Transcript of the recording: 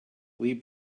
lee